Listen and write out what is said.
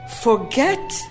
forget